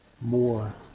more